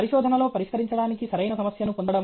పరిశోధనలో పరిష్కరించడానికి సరైన సమస్యను పొందడం